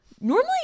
Normally